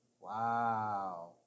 Wow